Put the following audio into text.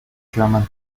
german